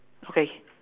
okay